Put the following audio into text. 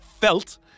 felt